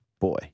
Boy